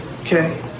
Okay